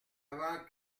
avant